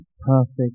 perfect